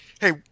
Hey